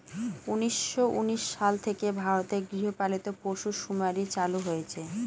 উনিশশো উনিশ সাল থেকে ভারতে গৃহপালিত পশুসুমারী চালু হয়েছে